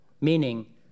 meaning